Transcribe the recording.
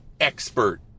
expert